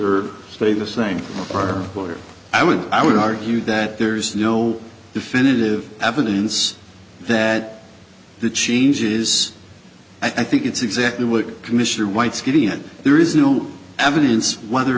or stay the same or quarter i would i would argue that there is no definitive evidence that the change is i think it's exactly what commissioner white's getting at there is no evidence whether